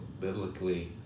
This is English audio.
biblically